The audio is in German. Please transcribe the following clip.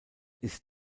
ist